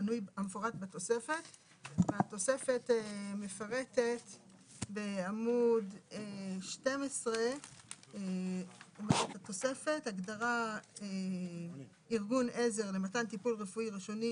המפורט בתוספת";" והתוספת מפרטת בעמ' 12. "(הגדרה "ארגון עזר למתן טיפול רפואי ראשוני,